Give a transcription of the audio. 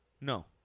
No